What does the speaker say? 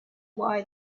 why